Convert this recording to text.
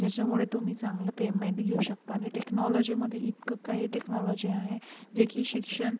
ज्याच्यामुळे तुम्ही चांगलं पेमेंट घेऊ शकता आणि टेक्नोलॉजीमदे इतकं काही टेक्नोलॉजी आहे जे की शिक्षण